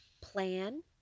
plan